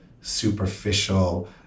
superficial